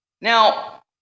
Now